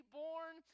born